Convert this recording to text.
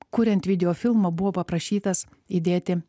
kuriant video filmą buvo paprašytas įdėti